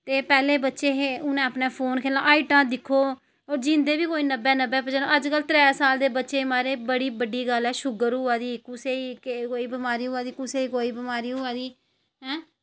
ते पैह्लें बच्चे हे उनें अपने फोन दिक्खना हाइटां दिक्खो ओह् जींदे बी कोई नब्बे नब्बे साल अज्जकल दे त्रैऽ त्रैऽ साल म्हाराज बड़ी बड्डी गल्ल ऐ शुगर होआ दी कुसै ई कोई बमारी होआ दी कुसै ई कोई बमारी होआ दी ऐं